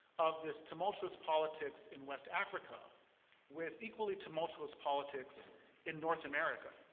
of this tumultuous politics in west africa with equally tumultuous politics in north america.